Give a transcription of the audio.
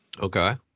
Okay